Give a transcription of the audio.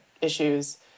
issues